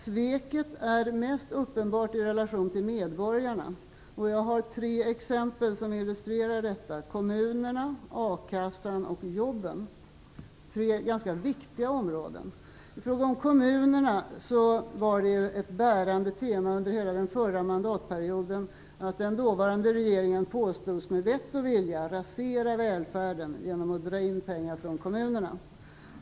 Sveket är mest uppenbart mot medborgarna. Jag har tre exempel som illustrerar detta: kommunerna, a-kassan och jobben - tre ganska viktiga områden. I fråga om kommunerna var ett bärande tema under hela förra mandatperioden att den dåvarande regeringen påstods med vett och vilja rasera välfärden genom att dra in pengar från kommunerna.